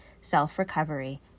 self-recovery